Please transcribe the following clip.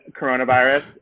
coronavirus